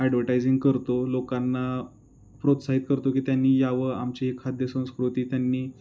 advertising करतो लोकांना प्रोत्साहित करतो की त्यांनी यावं आमची खाद्य संस्कृती त्यांनी